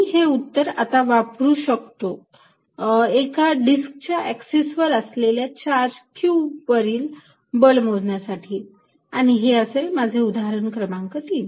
मी हे उत्तर आता वापरू शकतो एका डिस्कच्या एक्सिस वर असलेल्या चार्ज q वरील बल मोजण्यासाठी आणि हे असेल माझे उदाहरण क्रमांक 3